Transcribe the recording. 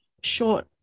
short